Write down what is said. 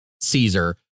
Caesar